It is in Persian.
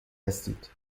هستید